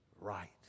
right